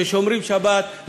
ששומרים שבת,